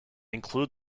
include